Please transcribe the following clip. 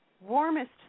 warmest